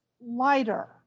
lighter